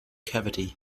cavity